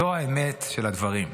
זו האמת של הדברים.